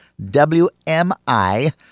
wmi